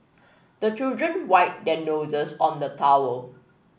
the children wipe their noses on the towel